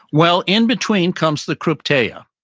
well, in between comes the krypteia,